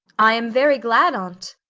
i am very glad on't.